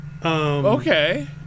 Okay